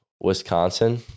Wisconsin